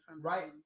right